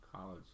College